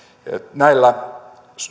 näillä